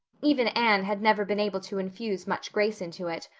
even anne had never been able to infuse much grace into it,